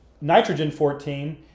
nitrogen-14